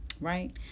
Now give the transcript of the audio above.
right